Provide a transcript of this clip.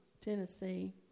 Tennessee